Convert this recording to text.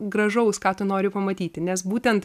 gražaus ką tu nori pamatyti nes būtent